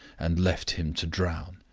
and left him to drown.